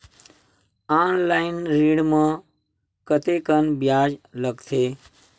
Online ऋण म कतेकन ब्याज लगथे?